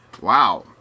Wow